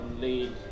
lead